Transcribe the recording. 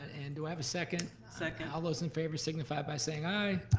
and do i have a second? second. all those in favor signify it by saying i.